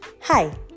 Hi